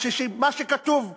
1,460, זה מה שכתוב בדוח.